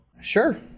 Sure